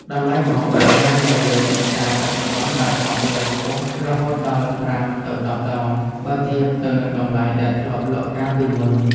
តម្លៃម្ហូបអាហារនៅលើទីផ្សារបច្ចុប្បន្នបានហក់ឡើងខ្ពស់រហូតដល់ប្រាំទៅដប់ដងបើធៀបទៅនឹងតម្លៃដែលធ្លាប់លក់កាលពីមុន។